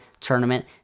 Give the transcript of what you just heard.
tournament